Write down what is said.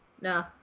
No